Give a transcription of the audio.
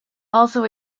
also